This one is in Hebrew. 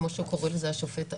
כמו שקורא לזה השופט עמית,